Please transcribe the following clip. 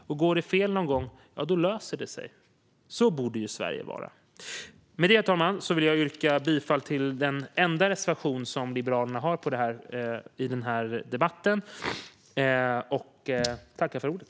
Går det fel någon gång löser det sig. Så borde Sverige vara. Herr talman! Jag vill härmed yrka bifall till den enda reservation som Liberalerna har i denna debatt.